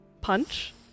Punch